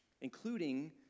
including